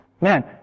Man